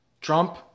Trump